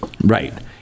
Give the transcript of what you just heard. Right